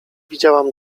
widziałam